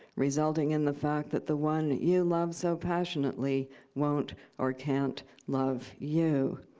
resulting in the fact that the one you love so passionately won't or can't love you?